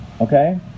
okay